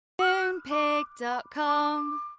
Moonpig.com